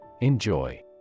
Enjoy